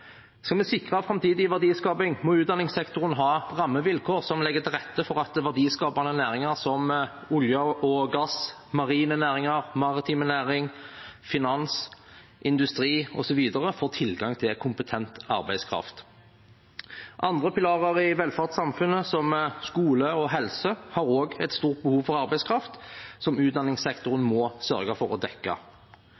sikre framtidig verdiskaping, må utdanningssektoren har rammevilkår som legger til rette for at verdiskapende næringer som olje og gass, marine næringer, maritim næring, finans, industri osv., får tilgang til kompetent arbeidskraft. Andre pilarer i velferdssamfunnet, som skole og helse, har også et stort behov for arbeidskraft, som utdanningssektoren